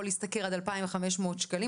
יכול להשתכר עד 2,500 שקלים.